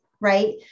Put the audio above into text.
Right